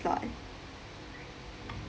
slot